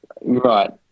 Right